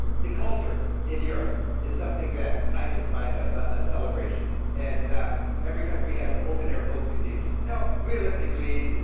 the culture in europe is something that i just find a celebration, and every country has open air folk museums. now realistically,